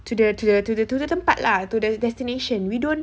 to the to the to the to the tempat lah to the destination we don't